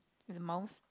there's a mouse